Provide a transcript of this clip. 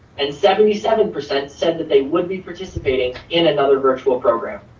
and seventy seven percent said that they would be participating in another virtual program.